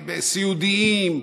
סיעודיים,